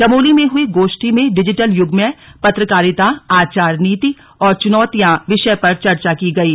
चमोली में हुई गोष्ठी में डिजीटल यूग में पत्रकारिता आचारनीति और चुनौतियां विषय पर चर्चा की गयी